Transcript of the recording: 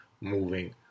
moving